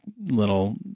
little